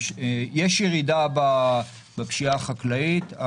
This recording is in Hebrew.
יש ירידה בפשיעה החקלאית,